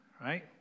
Right